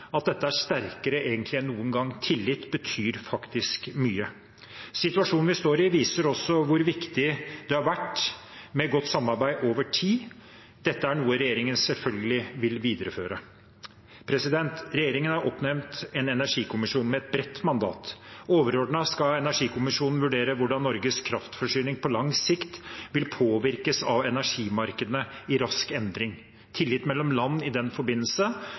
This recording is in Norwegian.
at dette egentlig er sterkere enn noen gang. Tillit betyr faktisk mye. Situasjonen vi står i, viser også hvor viktig det har vært med godt samarbeid over tid. Dette er noe regjeringen selvfølgelig vil videreføre. Regjeringen har oppnevnt en energikommisjon med et bredt mandat. Overordnet skal energikommisjonen vurdere hvordan Norges kraftforsyning på lang sikt vil påvirkes av energimarkedene i rask endring. Tillit mellom land i den forbindelse